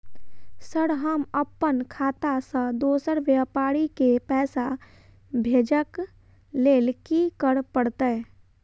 Sir हम अप्पन खाता सऽ दोसर व्यापारी केँ पैसा भेजक लेल की करऽ पड़तै?